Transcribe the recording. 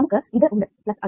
നമുക്ക് ഇത് ഉണ്ട് പ്ലസ് അത്